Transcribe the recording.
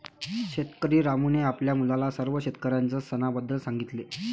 शेतकरी रामूने आपल्या मुलाला सर्व शेतकऱ्यांच्या सणाबद्दल सांगितले